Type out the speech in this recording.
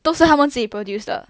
都是他们自己 produce 的